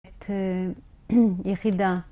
את יחידה.